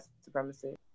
supremacy